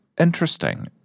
interesting